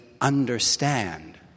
understand